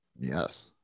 Yes